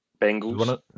Bengals